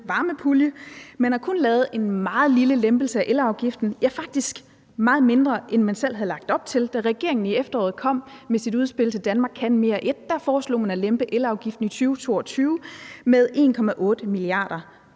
varmepulje. Man har kun lavet en meget lille lempelse af elafgiften, ja, faktisk er den meget mindre, end man selv havde lagt op til. Da regeringen i efteråret kom med sit udspil »Danmark kan mere I«, foreslog man at lempe elafgiften i 2022 med 1,8 mia.